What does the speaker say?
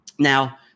Now